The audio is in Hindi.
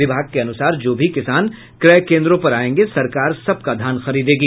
विभाग के अनुसार जो भी किसान क्रय केन्द्रों पर आयेंगे सरकार सबका धान खरीदेगी